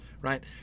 right